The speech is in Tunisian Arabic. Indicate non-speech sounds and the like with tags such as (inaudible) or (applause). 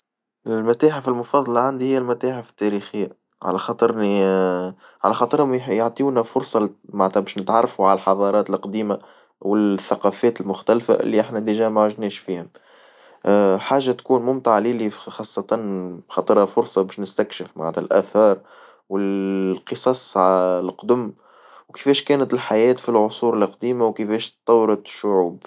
المتاحف المفظلة عندي هي المتاحف التاريخية، على خاطرني (hesitation) على خاطرهم يعطيونا فرصة معنتها باش نتعرفو على الحظارات القديمة، والثقافات المختلفة اللي احنا ما عدناش فيهم، (hesitation) حاجة تكون ممتعة للي خاصة خاطرها فرصة باش نستكشف معنتها الآثار والقصص القدم وكيفيش كانت الحياة في العصور القديمة وكيفيش تطورت الشعوب.